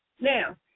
Now